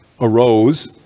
arose